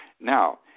Now